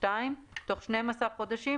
תוך 12 חודשים,